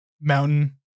mountain